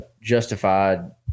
Justified